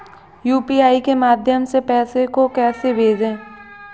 UPI के माध्यम से पैसे को कैसे भेजें?